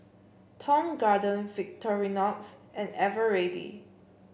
Tong Garden Victorinox and Eveready